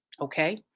okay